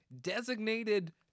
designated